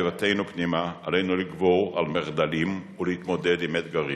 בביתנו פנימה עלינו לגבור על מחדלים ולהתמודד עם אתגרים.